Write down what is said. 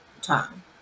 time